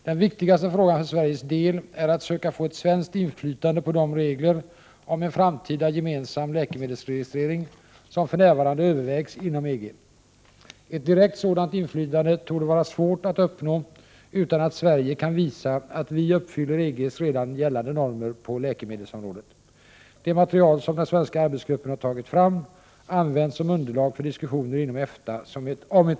Den viktigaste frågan för Sveriges del är att söka få ett svenskt inflytande på de regler om en framtida gemensam läkemedelsregistrering som för närvarande övervägs inom EG. Ett direkt sådant inflytande torde vara svårt att uppnå utan att vi i Sverige kan visa att vi uppfyller EG:s redan gällande normer på läkemedelsområdet. Det material som den svenska arbetsgruppen har tagit fram används som underlag för diskussioner inom EFTA om ett gemensamt närmande till EG.